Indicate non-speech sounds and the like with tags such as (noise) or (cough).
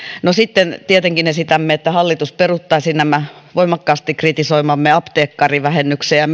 no sitten tietenkin esitämme että hallitus peruuttaisi nämä voimakkaasti kritisoimamme apteekkarivähennykset ja (unintelligible)